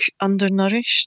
undernourished